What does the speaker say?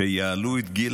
שיעלו את גיל